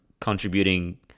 contributing